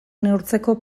neurtzeko